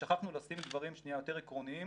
ושכחנו לשים דברים יותר עקרוניים